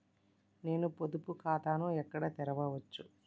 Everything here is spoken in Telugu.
నేను పొదుపు ఖాతాను ఎక్కడ తెరవచ్చు?